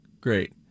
great